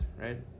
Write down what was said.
right